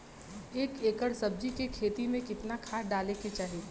एक एकड़ सब्जी के खेती में कितना खाद डाले के चाही?